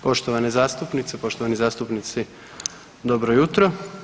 Poštovane zastupnice, poštovani zastupnici, dobro jutro.